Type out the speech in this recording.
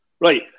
Right